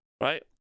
right